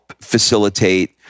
facilitate